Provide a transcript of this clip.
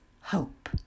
hope